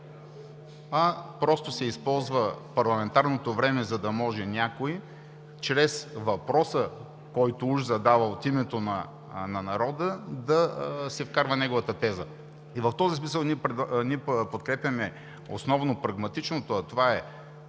а просто се използва парламентарното време, за да може някой чрез въпроса, който уж задава от името на народа, да си вкарва неговата теза. В този смисъл ние подкрепяме основно прагматичното –